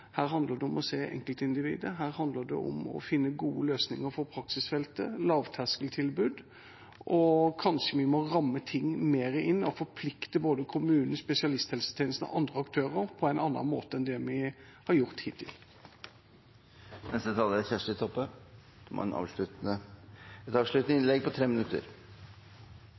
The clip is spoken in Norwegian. her handler det om å se enkeltindividet, her handler det om å finne gode løsninger for praksisfeltet, lavterskeltilbud, og kanskje vi må ramme ting mer inn og forplikte både kommunen, spesialisthelsetjenesten og andre aktører på en annen måte enn vi har gjort hittil. Takk til dykkar som